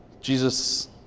Jesus